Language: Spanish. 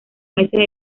meses